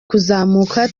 kuzamuka